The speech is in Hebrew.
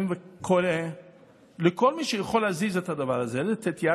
אני קורא לכל מי שיכול להזיז את הדבר הזה,